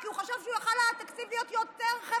כי הוא חשב שהתקציב יכול היה להיות יותר חברתי.